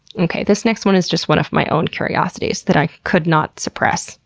okay, this next one is just one of my own curiosities that i could not suppress.